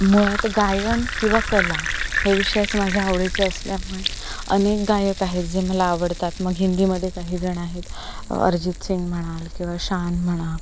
मुळात गायन किंवा कला हे विषयच माझ्या आवडीचे असल्यामुळे अनेक गायक आहेत जे मला आवडतात मग हिंदीमध्ये काही जणं आहेत अर्जित सिंग म्हणाल किंवा शान म्हणा